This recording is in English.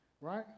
right